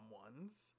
ones